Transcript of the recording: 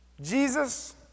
Jesus